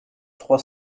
trois